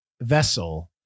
vessel